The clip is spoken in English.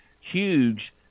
huge